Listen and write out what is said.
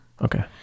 Okay